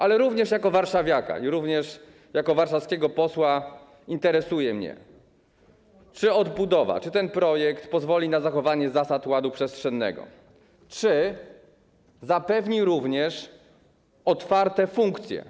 Ale również jako warszawiaka i jako warszawskiego posła interesuje mnie to, czy odbudowa, czy ten projekt pozwoli na zachowanie zasad ładu przestrzennego, czy zapewni również otwarte funkcje.